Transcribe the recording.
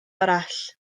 arall